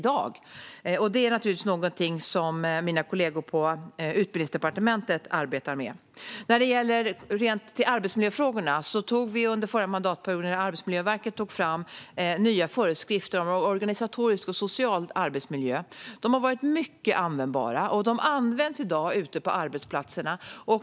Det är någonting som mina kollegor på Utbildningsdepartementet arbetar med. När det gäller arbetsmiljöfrågorna tog Arbetsmiljöverket under förra mandatperioden fram nya föreskrifter om organisatorisk och social arbetsmiljö. De har varit mycket användbara, och de används i dag ute på arbetsplatserna.